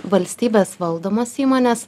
valstybės valdomos įmonės